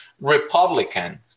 republican